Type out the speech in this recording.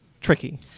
tricky